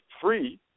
free